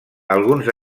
alguns